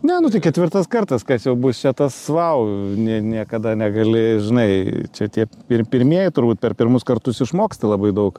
ne nu tai ketvirtas kartas kas jau bus čia tas vau nie niekada negali žinai čia tie ir pirmieji turbūt per pirmus kartus išmoksti labai daug